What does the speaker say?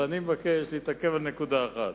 אבל אני מבקש להתעכב על נקודה אחת.